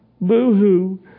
Boo-hoo